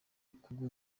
kuguha